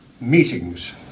meetings